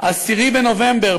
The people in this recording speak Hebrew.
ב-10 בנובמבר,